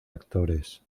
actores